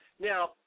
Now